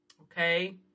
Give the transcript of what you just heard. Okay